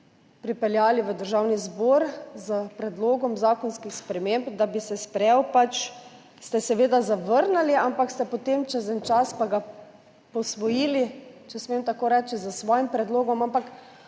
institut v Državni zbor s predlogom zakonskih sprememb, da bi se sprejel, ste ga seveda zavrnili, ampak ste ga potem čez en čas posvojili, če smem tako reči, s svojim predlogom, ampak